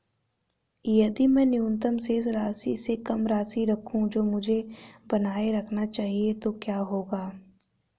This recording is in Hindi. यदि मैं न्यूनतम शेष राशि से कम राशि रखूं जो मुझे बनाए रखना चाहिए तो क्या होगा?